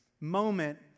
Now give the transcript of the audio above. moment